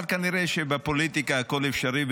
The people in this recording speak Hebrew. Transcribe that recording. אבל כנראה שבפוליטיקה הכול אפשרי,